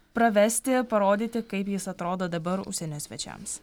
pravesti parodyti kaip jis atrodo dabar užsienio svečiams